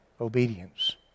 obedience